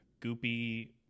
goopy